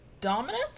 dominance